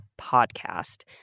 podcast